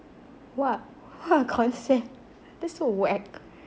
!wah! what concept that's so whack